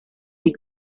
des